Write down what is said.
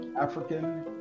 African